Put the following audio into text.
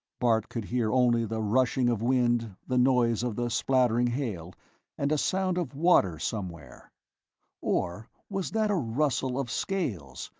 bart could hear only the rushing of wind, the noise of the splattering hail and a sound of water somewhere or was that a rustle of scales,